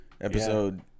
episode